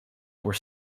were